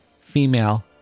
female